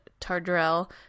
Tardrell